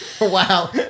Wow